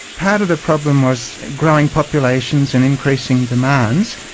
part of the problem was growing populations and increasing demands.